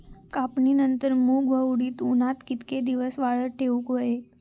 कापणीनंतर मूग व उडीद उन्हात कितके दिवस वाळवत ठेवूक व्हये?